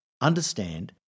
understand